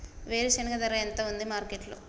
వేరుశెనగ ధర ఎంత ఉంది మార్కెట్ లో?